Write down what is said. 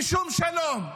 ושום שלום,